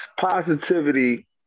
positivity